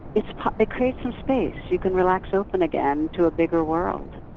it it creates some space. you can relax open again to a bigger world.